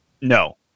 No